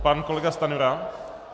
Pan kolega Stanjura.